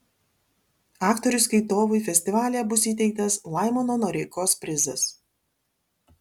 aktoriui skaitovui festivalyje bus įteiktas laimono noreikos prizas